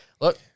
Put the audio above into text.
look